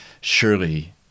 surely